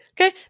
Okay